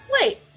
wait